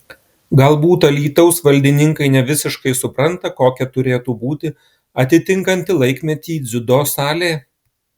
galbūt alytaus valdininkai ne visiškai supranta kokia turėtų būti atitinkanti laikmetį dziudo salė